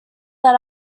that